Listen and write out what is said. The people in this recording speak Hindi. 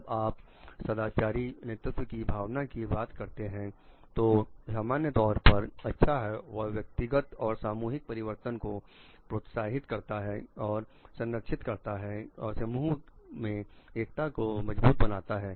जब आप सदाचारी नेतृत्व की भावना की बात करते हैं तो सामान्य तौर पर अच्छा है यह व्यक्तिगत और सामूहिक परिवर्तन को प्रोत्साहित करता है और संरक्षित करता है और समूह के एकता को मजबूत बनाता है